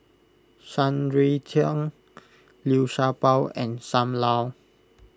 Shan Rui Tang Liu Sha Bao and Sam Lau